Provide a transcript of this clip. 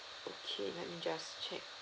okay let me just check